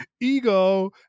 ego